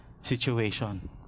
situation